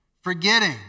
forgetting